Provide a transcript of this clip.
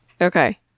Okay